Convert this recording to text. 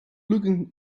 looking